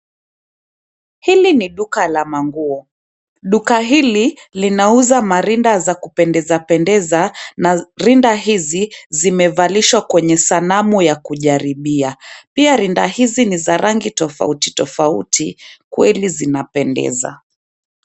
Hili ni duka la manguo. Duka hili linauza marinda za kupendeza pendeza na rinda hizi, zimevalishwa kwenye sanamu ya kujaribia. Pia rinda hizi ni za rangi tofauti tofauti, kweli zinapendeza.